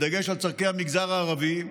בדגש על צורכי המגזר הערבי,